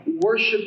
worship